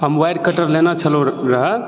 हम wire cutter लेने छेलहुॅं रहऽ